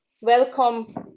welcome